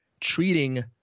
treating